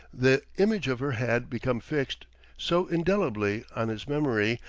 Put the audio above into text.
the image of her had become fixed so indelibly on his memory,